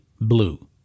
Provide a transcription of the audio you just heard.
blue